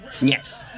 yes